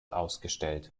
ausgestellt